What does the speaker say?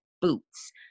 boots